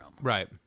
Right